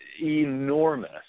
enormous